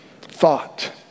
thought